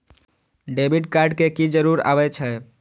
Debit card के की जरूर आवे छै?